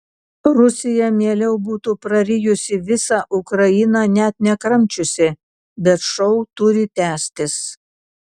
rusija mieliau būtų prarijusi visą ukrainą net nekramčiusi bet šou turi tęstis